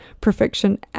perfection